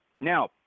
Now